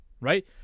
Right